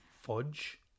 fudge